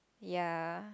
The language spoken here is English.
ya